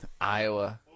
Iowa